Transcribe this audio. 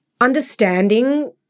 understanding